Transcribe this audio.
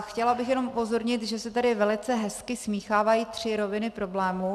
Chtěla bych jenom upozornit, že se tady velice hezky smíchávají tři roviny problémů.